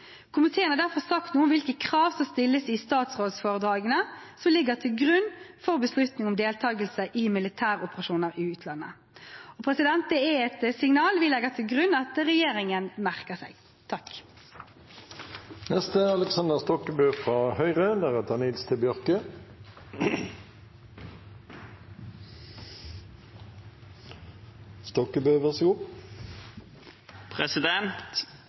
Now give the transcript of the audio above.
Komiteen har derfor sagt noe om hvilke krav som stilles til statsrådsforedragene som ligger til grunn for en beslutning om deltakelse i militæroperasjoner i utlandet. Det er et signal vi legger til grunn at regjeringen merker seg.